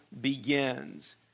begins